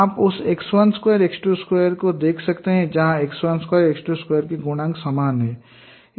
आप उस x12 x22 को देख सकते हैं जहाँ x12 x22 के गुणांक समान हैं